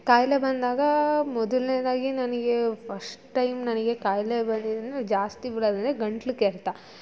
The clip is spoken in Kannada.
ಕಾಯಿಲೆ ಬಂದಾಗ ಮೊದಲನೇದಾಗಿ ನನಗೆ ಫಸ್ಟ್ ಟೈಮ್ ನನಗೆ ಕಾಯಿಲೆ ಬಂದಿದ್ದು ಜಾಸ್ತಿ ಬರೋದು ಅಂದರೆ ಗಂಟ್ಲು ಕೆರೆತ